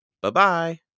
Bye-bye